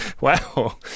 Wow